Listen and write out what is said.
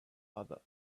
other